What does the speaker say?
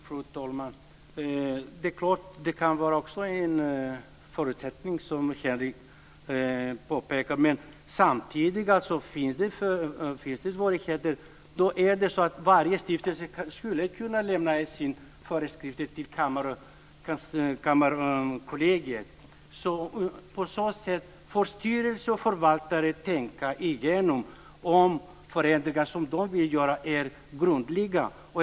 Fru talman! Det är klart att det kan vara en förutsättning, som Järrel påpekar. Men samtidigt vill jag säga att varje stiftelse skulle kunna lämna sina föreskrifter till Kammarkollegiet om det fanns svårigheter. På så sätt får styrelse och förvaltare tänka igenom om förändringar som de vill göra är grundliga.